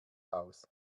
aus